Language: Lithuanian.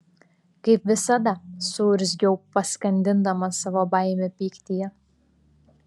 kaip visada suurzgiau paskandindama savo baimę pyktyje